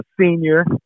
senior